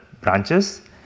branches